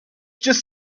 just